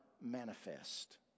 manifest